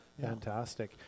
fantastic